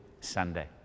sunday